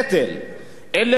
אלה שמשרתים,